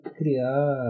criar